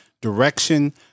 direction